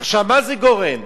עכשיו, למה זה גורם?